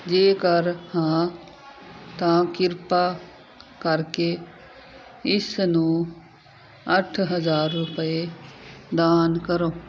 ਜੇਕਰ ਹਾਂ ਤਾਂ ਕਿਰਪਾ ਕਰਕੇ ਇਸ ਨੂੰ ਅੱਠ ਹਜ਼ਾਰ ਰੁਪਏ ਦਾਨ ਕਰੋ